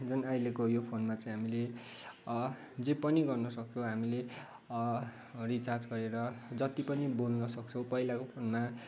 जुन अहिलेको यो फोनमा चाहिँ हामीले जे पनि गर्नसक्छौँ हामीले रिचार्ज गरेर जति पनि बोल्नसक्छौँ पहिलाको फोनमा